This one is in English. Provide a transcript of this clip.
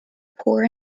poor